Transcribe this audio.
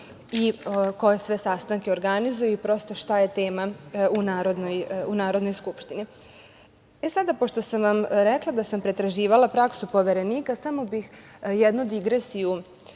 i koje sve sastanke organizuje i prosto šta je tema u Narodnoj skupštini.E, sada, pošto sam vam rekla da sam pretraživala praksu Poverenika samo bih jednu digresiju